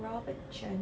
robert cheng